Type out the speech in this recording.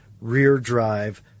rear-drive